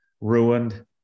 ruined